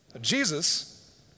Jesus